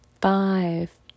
five